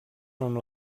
amb